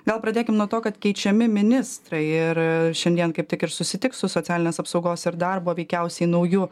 gal pradėkim nuo to kad keičiami ministrai ir šiandien kaip tik ir susitiks su socialinės apsaugos ir darbo veikiausiai nauju